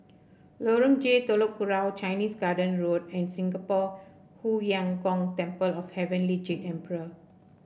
Lorong J Telok Kurau Chinese Garden Road and Singapore Hu Yuang Gong Temple of Heavenly Jade Emperor